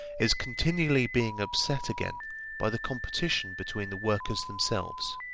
is continually being upset again by the competition between the workers themselves.